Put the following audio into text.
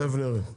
תיכף נראה.